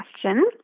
question